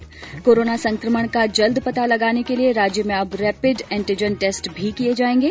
् कोरोना संक्रमण का जल्द पता लगाने के लिए राज्य में अब रेपिड एन्टीजन टेस्ट भी किये जाएंगे